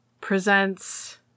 presents